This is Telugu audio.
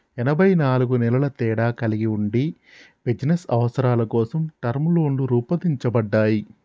ఎనబై నాలుగు నెలల తేడా కలిగి ఉండి బిజినస్ అవసరాల కోసం టర్మ్ లోన్లు రూపొందించబడ్డాయి